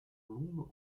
londres